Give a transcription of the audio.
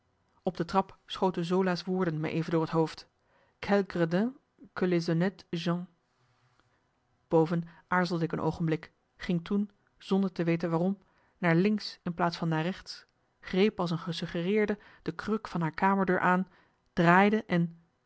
op de trap schoten zola's woorden me even door het hoofd quels gredins que les honnêtes gens boven aarzelde ik een oogenblik ging toen zonder te weten waarom naar links in plaats van naar rechts greep als een gesuggereerde de kruk van haar kamerdeur aan draaide en